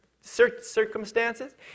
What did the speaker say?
circumstances